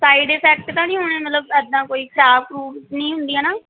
side effect ਤਾਂ ਨਹੀਂ ਹੋਣਾ ਮਤਲਬ ਇੱਦਾਂ ਕੋਈ ਖਰਾਬ ਖਰੂਬ ਨਹੀਂ ਹੁੰਦੀਆਂ ਨਾ